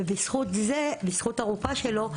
ובזכות הרופאה שלו,